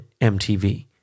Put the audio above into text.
MTV